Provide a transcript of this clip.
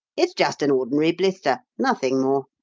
it's just an ordinary blister, nothing more.